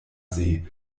see